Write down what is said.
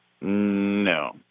No